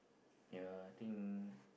ya I think